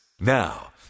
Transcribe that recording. Now